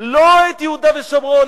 לא את יהודה ושומרון,